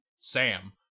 Sam